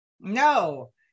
no